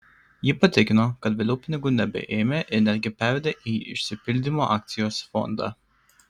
ji patikino kad vėliau pinigų nebeėmė ir netgi pervedė į išsipildymo akcijos fondą